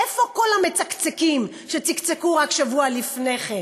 איפה כל המצקצקים שצקצקו רק שבוע לפני כן?